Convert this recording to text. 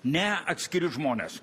ne atskiri žmonės